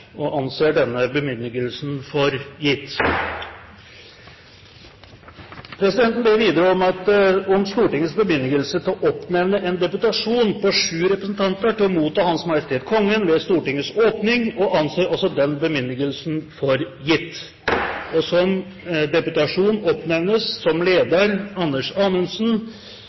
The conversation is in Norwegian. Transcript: og anser denne bemyndigelse for gitt. Presidenten ber videre om Stortingets bemyndigelse til å oppnevne en deputasjon på sju representanter til å motta Hans Majestet Kongen ved Stortingets åpning. Denne bemyndigelse anses for gitt. Som deputasjon oppnevnes representantene Anders Anundsen, leder,